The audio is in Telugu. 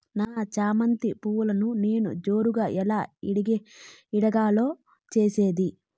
నా చామంతి పువ్వును నేను జోరుగా ఎలా ఇడిగే లో చేసేది?